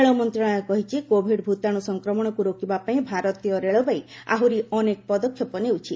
ରେଳମନ୍ତ୍ରଣାଳୟ କହିଛି କୋଭିଡ୍ ଭତାଣୁ ସଂକ୍ମଣକୁ ରୋକିବା ପାଇଁ ଭାରତୀୟ ରେଳବାଇ ଆହୁରି ଅନେକ ପଦକ୍ଷେପ ନେଉଛି